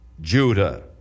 Judah